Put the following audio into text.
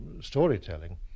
storytelling